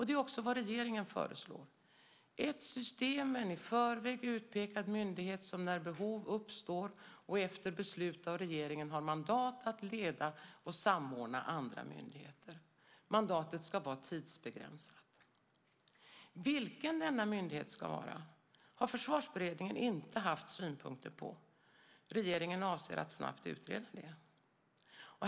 Det är också vad regeringen föreslår, nämligen ett system med en i förväg utpekad myndighet som, när behov uppstår och efter beslut av regeringen, har mandat att leda och samordna andra myndigheter. Mandatet ska vara tidsbegränsat. Vilken denna myndighet ska vara har Försvarsberedningen inte haft synpunkter på. Regeringen avser att snabbt utreda det.